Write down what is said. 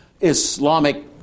Islamic